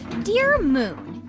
dear moon,